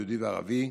יהודי וערבי,